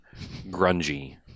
grungy